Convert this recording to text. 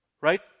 right